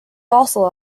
also